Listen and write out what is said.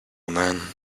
man